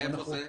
איפה זה?